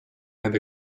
have